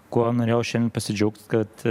kuo norėjau šiandien pasidžiaugt kad